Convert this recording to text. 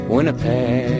Winnipeg